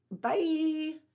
Bye